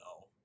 no